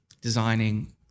designing